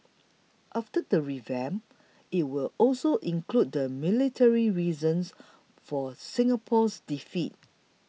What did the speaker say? after the revamp it will also include the military reasons for Singapore's defeat